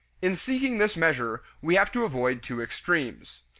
in seeking this measure, we have to avoid two extremes.